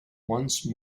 once